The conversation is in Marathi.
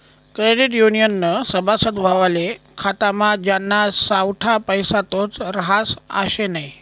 क्रेडिट युनियननं सभासद व्हवाले खातामा ज्याना सावठा पैसा तोच रहास आशे नै